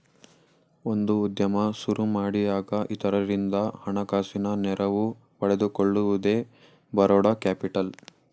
ಒಂದು ಉದ್ಯಮ ಸುರುಮಾಡಿಯಾಗ ಇತರರಿಂದ ಹಣಕಾಸಿನ ನೆರವು ಪಡೆದುಕೊಳ್ಳುವುದೇ ಬರೋಡ ಕ್ಯಾಪಿಟಲ್